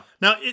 now